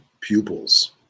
pupils